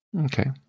Okay